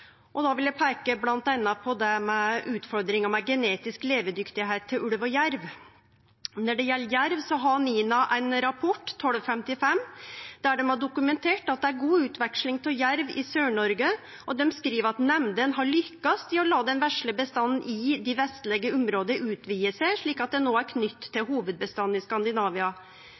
Då vil eg peike bl.a. på utfordringa med genetisk leveevne for ulv og jerv. Når det gjeld jerv, har NINA ein rapport, 1255, der dei har dokumentert at det er god utveksling av jerv i Sør-Noreg. Dei skriv at nemndene har lykkast i å la den vesle bestanden i dei vestlege områda utvide seg, slik at han no er knytt til hovudbestanden i Skandinavia.